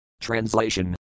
Translation